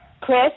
Chris